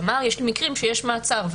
יש מקרים שבהם יש מעצר,